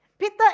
Peter